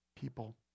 people